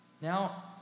Now